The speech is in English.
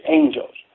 angels